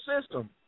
system